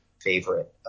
favorite